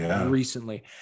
recently